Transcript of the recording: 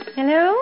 Hello